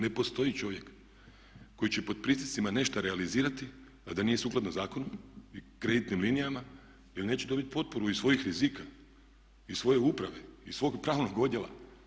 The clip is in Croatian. Ne postoji čovjek koji će pod pritiscima nešto realizirati, a da nije sukladno zakonu i kreditnim linijama, jer neće dobiti potporu iz svojih rizika, iz svoje uprave, iz svog pravnog odjela.